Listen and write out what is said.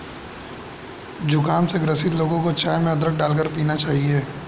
जुखाम से ग्रसित लोगों को चाय में अदरक डालकर पीना चाहिए